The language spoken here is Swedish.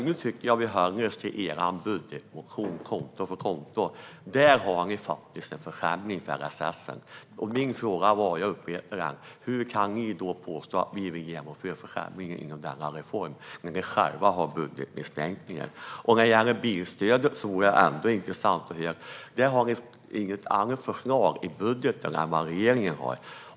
Jag tycker att vi i stället ska hålla oss till er budgetmotion, konto för konto. Där har ni faktiskt en försämring när det gäller LSS, och jag upprepar min fråga: Hur kan ni påstå att vi vill genomföra försämringar inom denna reform när ni själva har budgetsänkningar? När det gäller bilstödet har ni inget annat förslag i budgeten än vad regeringen har.